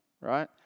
right